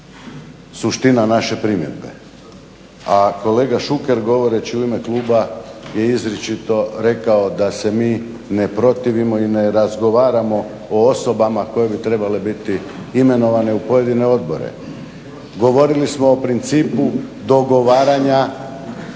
suština naše primjedbe. A kolega Šuker govoreći u ime kluba je izričito rekao da se mi ne protivimo i ne razgovaramo o osobama koje bi trebale biti imenovane u pojedine odbore. Govorili smo o principu dogovaranja